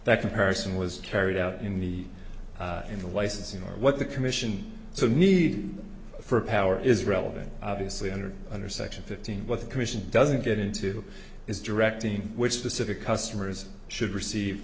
that comparison was carried out in the in the licensing or what the commission so need for power is relevant obviously under under section fifteen what the it doesn't get into is directing which specific customers should receive